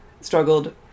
struggled